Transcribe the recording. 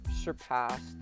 surpassed